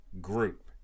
group